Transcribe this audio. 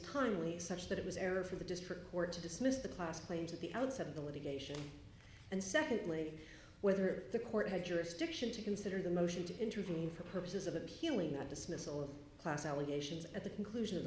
timely such that it was error for the district court to dismiss the class claim to the outset of the litigation and secondly whether the court had jurisdiction to consider the motion to intervene for purposes of appealing a dismissal of class allegations at the conclusion